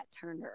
turner